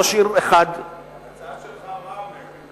ראש עיר אחד, ההצעה שלך, מה אומרת?